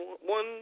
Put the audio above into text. one